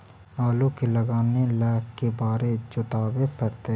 आलू के लगाने ल के बारे जोताबे पड़तै?